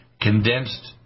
condensed